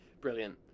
brilliant